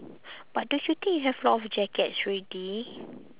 but don't you think you have a lot of jackets already